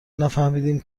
نفهمدیم